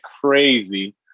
crazy